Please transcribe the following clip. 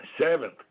Seventh